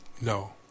no